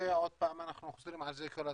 עוד פעם אנחנו חוזרים על זה כל הזמן,